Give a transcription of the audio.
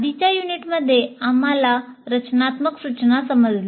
आधीच्या युनिटमध्ये आम्हाला रचनात्मक सूचना समजली